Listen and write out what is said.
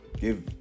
Give